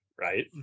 Right